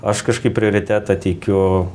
aš kažkaip prioritetą teikiu